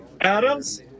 Adams